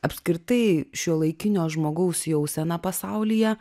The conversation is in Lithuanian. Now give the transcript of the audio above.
apskritai šiuolaikinio žmogaus jausena pasaulyje